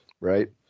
Right